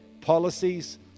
policies